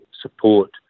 support